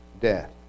death